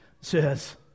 says